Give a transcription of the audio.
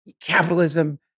capitalism